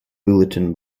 bulletin